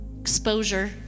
Exposure